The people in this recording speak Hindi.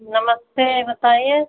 नमस्ते बताइए